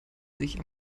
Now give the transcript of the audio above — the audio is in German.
sich